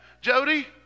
Jody